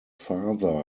father